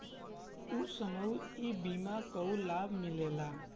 ऊ समय ई बीमा कअ लाभ मिलेला